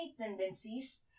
tendencies